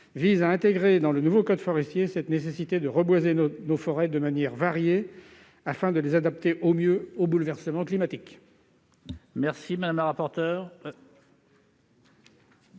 à intégrer dans le nouveau code forestier cette nécessité de reboiser nos forêts de manière variée, afin de les adapter au mieux aux bouleversements climatiques.